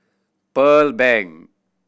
Pearl Bank